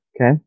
Okay